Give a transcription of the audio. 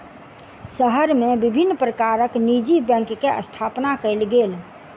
शहर मे विभिन्न प्रकारक निजी बैंक के स्थापना कयल गेल